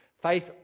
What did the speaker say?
Faith